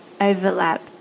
overlap